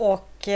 Och